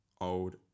old